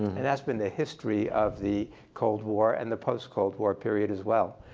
and that's been the history of the cold war and the post-cold war period as well.